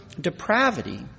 depravity